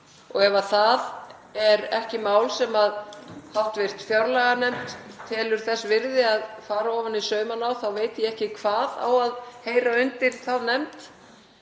og ef það er ekki mál sem hv. fjárlaganefnd telur þess virði að fara ofan í saumana á þá veit ég ekki hvað á að heyra undir þá nefnd.